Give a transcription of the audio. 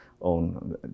own